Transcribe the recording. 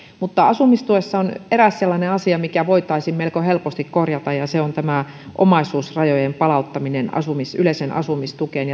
mutta asumistuessa on eräs sellainen asia mikä voitaisiin melko helposti korjata ja se on tämä omaisuusrajojen palauttaminen yleiseen asumistukeen